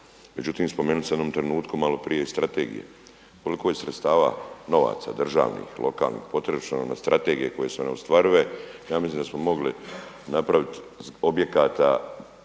Međutim, spomenuli ste u jednom trenutku maloprije strategije. Koliko je sredstava, novaca, državnih, lokalnih potrošeno na strategije koje su neostvarive. Ja mislim da smo mogli napraviti objekata,